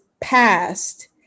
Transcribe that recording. passed